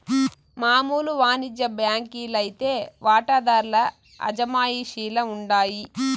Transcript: మామూలు వానిజ్య బాంకీ లైతే వాటాదార్ల అజమాయిషీల ఉండాయి